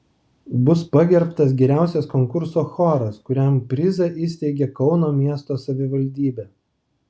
bus pagerbtas geriausias konkurso choras kuriam prizą įsteigė kauno miesto savivaldybė